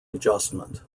adjustment